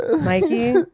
Mikey